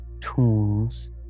tools